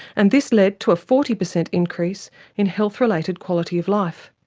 and this led to a forty percent increase in health-related quality of life.